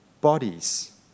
bodies